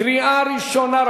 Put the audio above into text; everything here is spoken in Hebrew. בקריאה ראשונה.